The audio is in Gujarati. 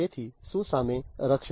તેથી શું સામે રક્ષણ